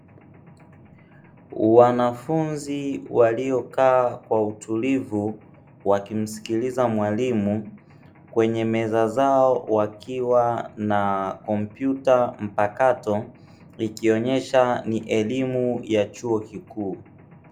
Wanafunzi waliokaa kwa utulivu, wakimsikiliza mwalimu kwenye meza zao wakiwa na kompyuta mpakato, ikionyesha ni elimu ya chuo kikuu.